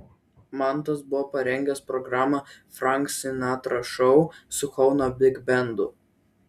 mantas buvo parengęs programą frank sinatra šou su kauno bigbendu